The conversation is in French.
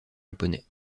japonais